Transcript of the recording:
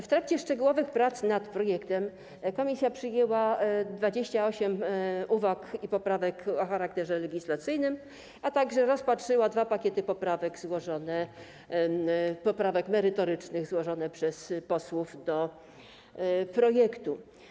W trakcie szczegółowych prac nad projektem komisja przyjęła 28 uwag i poprawek o charakterze legislacyjnym, a także rozpatrzyła dwa pakiety poprawek merytorycznych złożone przez posłów do projektu.